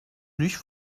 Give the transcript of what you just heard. nicht